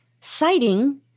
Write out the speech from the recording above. citing